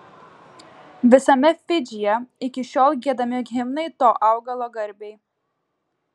visame fidžyje iki šiol giedami himnai to augalo garbei